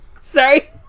Sorry